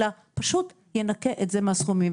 אלא פשוט ינכה את זה מהסכומים.